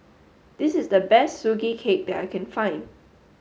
this is the best Sugee cake that I can find